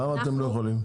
למה אתם לא יכולים?